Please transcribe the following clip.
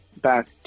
back